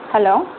hello